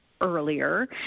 earlier